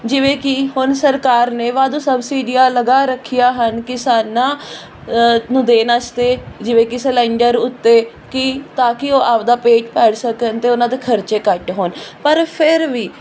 ਜਿਵੇਂ ਕਿ ਹੁਣ ਸਰਕਾਰ ਨੇ ਵਾਧੂ ਸਬਸਿਡੀਆਂ ਲਗਾ ਰੱਖੀਆ ਹਨ ਕਿਸਾਨਾਂ ਨੂੰ ਦੇਣ ਵਾਸਤੇ ਜਿਵੇਂ ਕਿ ਸਿਲੰਡਰ ਉੱਤੇ ਕਿ ਤਾਂ ਕਿ ਉਹ ਆਪਦਾ ਪੇਟ ਭਰ ਸਕਣ ਅਤੇ ਉਹਨਾਂ ਦੇ ਖਰਚੇ ਘੱਟ ਹੋਣ ਪਰ ਫਿਰ ਵੀ